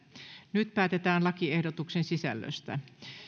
nyt päätetään lakiehdotusten sisällöstä